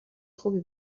خوبی